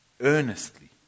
earnestly